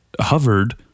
hovered